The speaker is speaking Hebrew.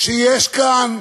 שיש כאן